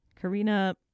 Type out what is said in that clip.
Karina